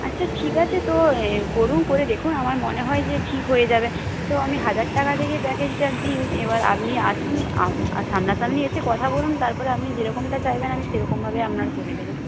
আচ্ছা ঠিক আছে তো করুন করে দেখুন আমার মনে হয় যে ঠিক হয়ে যাবে তো আমি হাজার টাকা থেকে প্যাকেজটা দিই এবার আপনি আসুন সামনাসামনি এসে কথা বলুন তারপর আপনি যেরকমটা চাইবেন আমি সেরকম ভাবেই আপনার করে দেব